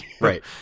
right